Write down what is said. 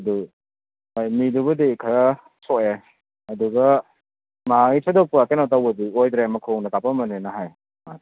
ꯑꯗꯣ ꯍꯣꯏ ꯃꯤꯗꯨꯕꯨꯗꯤ ꯈꯔ ꯁꯣꯛꯑꯦ ꯑꯗꯨꯒ ꯃꯥꯒꯤ ꯊꯣꯏꯗꯣꯛꯄ ꯀꯩꯅꯣ ꯇꯧꯕꯗꯨꯗꯤ ꯑꯣꯏꯗ꯭ꯔꯦ ꯃꯈꯣꯡꯗ ꯀꯥꯄꯝꯕꯅꯦꯅ ꯍꯥꯏ ꯑꯥ